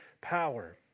power